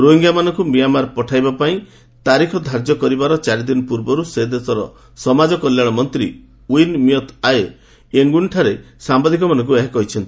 ରୋହିଙ୍ଗ୍ୟାମାନଙ୍କୁ Myanmar ପଠାଇବା ପାଇଁ ତାରିଖ ଧାର୍ଯ୍ୟ କରିବାର ଚାରିଦିନ ପୂର୍ବରୁ ସେ ଦେଶର ସମାଜକଲ୍ୟାଣ ମନ୍ତ୍ରୀ ଓ୍ପିନ୍ ମିୟତ୍ ଆୟେ ୟେଙ୍ଗୁନ୍ଠାରେ ସାମ୍ବାଦିକମାନଙ୍କୁ ଏହା କହିଛନ୍ତି